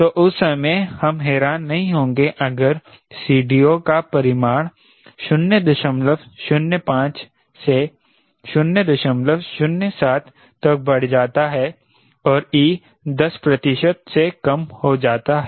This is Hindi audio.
तो उस समय हम हैरान नहीं होंगे अगर CDO का परिमाण 005 से 007 तक बड़ जाता है और e 10 प्रतिशत से कम हो जाता है